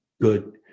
good